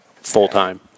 full-time